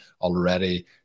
already